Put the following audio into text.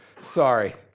Sorry